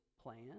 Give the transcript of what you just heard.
plan